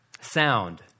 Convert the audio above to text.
Sound